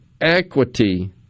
equity